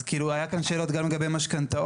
אז כאילו היה כאן שאלות גם לגבי משכנתאות,